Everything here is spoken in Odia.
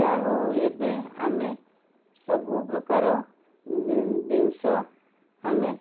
ଯାହା ହଉ ଏବେ ଆମେ ସବୁ ପ୍ରକାର ଜିନିଷ ଆମେ